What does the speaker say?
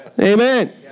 Amen